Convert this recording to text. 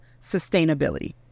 sustainability